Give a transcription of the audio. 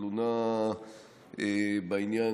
תלונה בעניין,